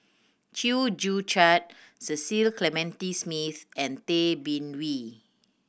Chew Joo Chiat Cecil Clementi Smith and Tay Bin Wee